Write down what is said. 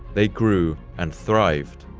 they grew and thrived.